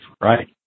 right